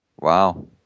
Wow